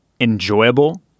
enjoyable